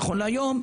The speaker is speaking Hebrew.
נכון להיום,